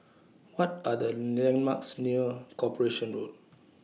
What Are The landmarks near Corporation Road